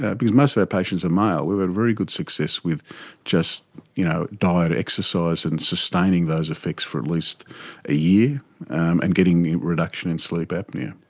because most of our patients are male, we've had very good success with just you know diet, exercise and sustaining those effects for at least a year and getting a reduction in sleep apnoea.